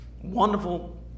wonderful